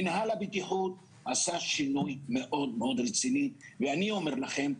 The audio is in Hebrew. גם מנהל הבטיחות עשה שינוי מאוד רציני ואני אומר לכם,